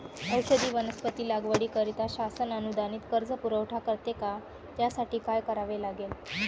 औषधी वनस्पती लागवडीकरिता शासन अनुदानित कर्ज पुरवठा करते का? त्यासाठी काय करावे लागेल?